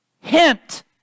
Hint